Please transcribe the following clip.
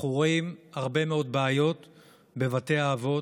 אנחנו רואים הרבה מאוד בעיות בבתי האבות,